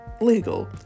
legal